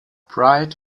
pride